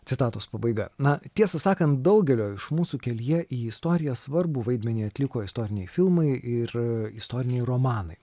citatos pabaiga na tiesą sakant daugelio iš mūsų kelyje į istoriją svarbų vaidmenį atliko istoriniai filmai ir istoriniai romanai